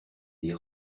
des